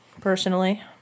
Personally